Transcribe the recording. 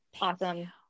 awesome